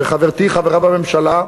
וחברתי חברה בממשלה,